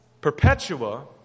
Perpetua